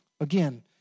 Again